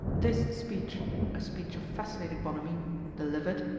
this speech a speech of fascinating bonhomie delivered,